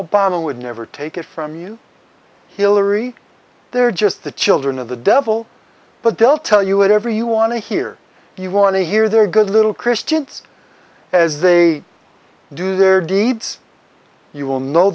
obama would never take it from you hilary they're just the children of the devil but they'll tell you whatever you want to hear you want to hear their good little christians as they do their deeds you will know